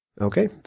Okay